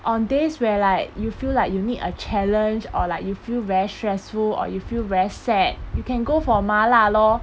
on days where like you feel like you need a challenge or like you feel very stressful or you feel very sad you can go for 麻辣 lor